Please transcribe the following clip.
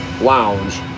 lounge